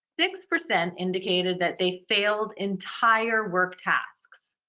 six percent indicated that they failed entire work tasks.